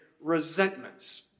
resentments